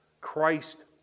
Christ